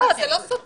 לא, זה לא סותר.